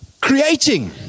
creating